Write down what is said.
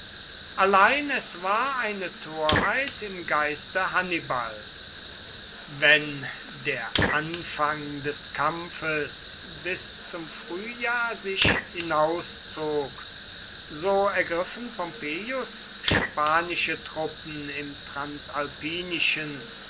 allein es war eine torheit im geiste hannibals wenn der anfang des kampfes bis zum frühjahr sich hinauszog so ergriffen pompeius spanische truppen im